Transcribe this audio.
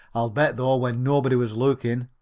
i'll bet, though when nobody was looking.